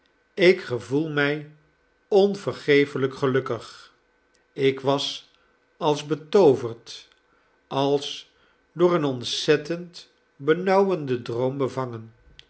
bekennen ik gevoel mij onvergefelijk gelukkig ik was als betooverd als door een ontzettend benauwenden droom bevangen